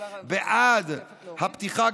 בעד הפתיחה,